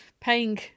paying